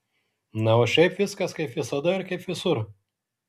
na o šiaip viskas kaip visada ir kaip visur